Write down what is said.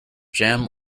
jam